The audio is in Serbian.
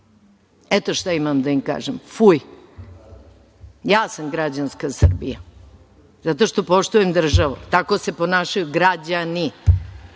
Eto šta imam da im kažem – fuj! Ja sam građanska Srbija zato što poštujem državu. Tako se ponašaju građani.